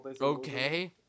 okay